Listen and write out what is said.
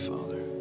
Father